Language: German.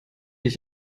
ich